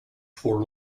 for